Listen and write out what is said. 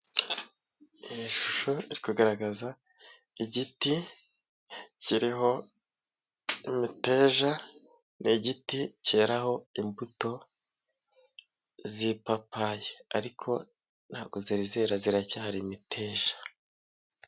Iri shusho riri kugaragaza igiti kiriho imiteja ni igiti keraho imbuto z'ipapaye ariko ntbago zari zera ziracyari imiteja.